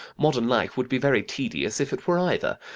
modern life would be very tedious if it were either,